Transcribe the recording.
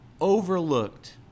overlooked